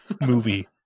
movie